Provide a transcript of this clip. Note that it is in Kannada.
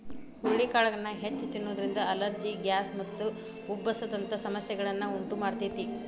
ಹುರಳಿಕಾಳನ್ನ ಹೆಚ್ಚ್ ತಿನ್ನೋದ್ರಿಂದ ಅಲರ್ಜಿ, ಗ್ಯಾಸ್ ಮತ್ತು ಉಬ್ಬಸ ದಂತ ಸಮಸ್ಯೆಗಳನ್ನ ಉಂಟಮಾಡ್ತೇತಿ